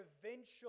provincial